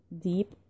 deep